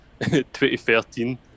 2013